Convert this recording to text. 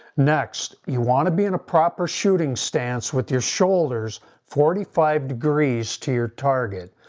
next you want to be in a proper shooting stance with your shoulders forty five degrees to your target.